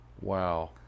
Wow